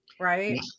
right